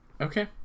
Okay